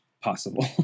possible